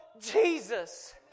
Jesus